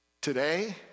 today